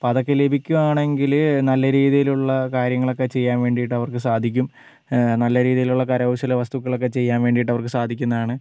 അപ്പോൾ അതൊക്കെ ലഭിക്കുവാണെങ്കിൽ നല്ല രീതിയിലുള്ള കാര്യങ്ങളൊക്കെ ചെയ്യാൻ വേണ്ടീട്ട് അവർക്ക് സാധിക്കും നല്ല രീതിയിലുള്ള കരകൗശല വസ്തുക്കളൊക്കെ ചെയ്യാൻ വേണ്ടീട്ട് അവർക്ക് സാധിക്കുന്നതാണ്